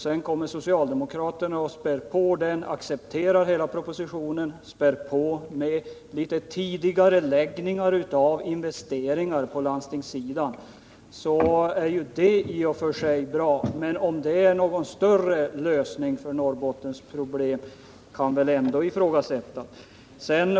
Sedan kommer socialdemokraterna och accepterar hela propositionen och späder på med några tidigareläggningar av investeringar på landstingssidan. Det är ju i och för sig bra, men att det är någon verklig lösning på Norrbottens problem kan väl ifrågasättas.